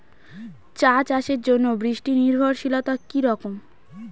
চা চাষের জন্য বৃষ্টি নির্ভরশীলতা কী রকম?